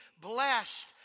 blessed